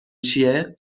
چیه